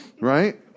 Right